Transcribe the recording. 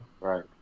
Right